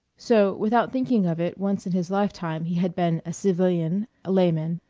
so, without thinking of it once in his lifetime, he had been a civilian, a layman,